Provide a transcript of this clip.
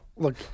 Look